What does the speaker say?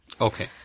Okay